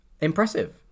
impressive